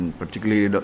particularly